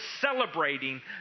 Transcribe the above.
celebrating